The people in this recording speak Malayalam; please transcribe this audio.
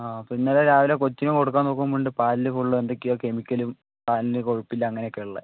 ആ പിന്നെയത് രാവിലെ കൊച്ചിന് കൊടുക്കാൻ നോക്കുമ്പോഴുണ്ട് പാലില് ഫുള് എന്തൊക്കെയോ കെമിക്കലും പാലിന് കൊഴുപ്പില്ല അങ്ങനെയൊക്കെയുള്ള